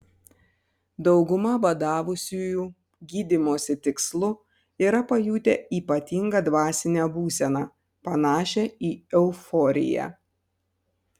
dauguma badavusiųjų gydymosi tikslu yra pajutę ypatingą dvasinę būseną panašią į euforiją